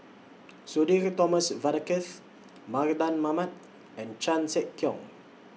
Sudhir Thomas Vadaketh Mardan Mamat and Chan Sek Keong